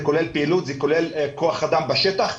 זה כולל פעילות, זה כולל כוח אדם בשטח.